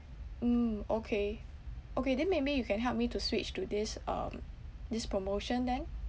mm okay okay then maybe you can help me to switch to this um this promotion then